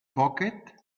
pocket